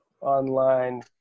online